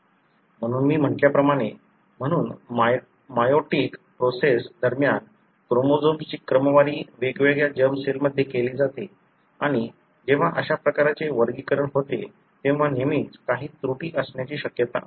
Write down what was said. म्हणून मी म्हटल्याप्रमाणे म्हणून मेयोटिक प्रोसेस दरम्यान क्रोमोझोम्सची क्रमवारी वेगवेगळ्या जर्म सेलमध्ये केली जाते आणि जेव्हा अशा प्रकारचे वर्गीकरण होते तेव्हा नेहमीच काही त्रुटी असण्याची शक्यता असते